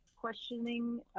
questioning